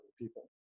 people